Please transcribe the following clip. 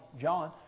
John